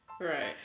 Right